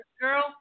girl